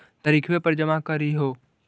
तरिखवे पर जमा करहिओ?